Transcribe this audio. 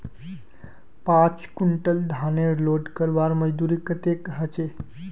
पाँच कुंटल धानेर लोड करवार मजदूरी कतेक होचए?